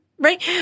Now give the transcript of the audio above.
Right